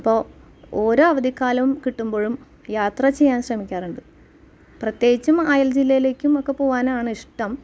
അപ്പോൾ ഓരോ അവധിക്കാലം കിട്ടുമ്പോഴും യാത്ര ചെയ്യാൻ ശ്രമിക്കാറുണ്ട് പ്രത്യേകിച്ചും അയൽ ജില്ലയിലേക്കും ഒക്കെ പോകാനാണ് ഇഷ്ടം